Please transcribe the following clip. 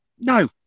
no